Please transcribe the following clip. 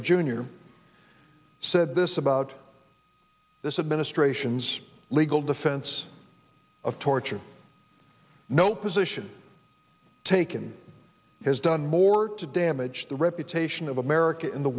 schlesinger junior said this about this administration's legal defense of torture no position taken has done more to damage the reputation of america in the